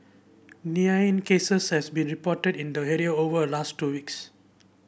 cases has been reported in the area over a last two weeks